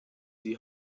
die